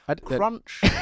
crunch